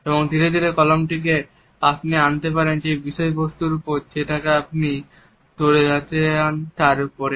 এবং ধীরে ধীরে এই কলমটি কে আপনি আনতে পারেন যে বিষয়বস্তুটি আপনি তুলে ধরতে চান তার ওপর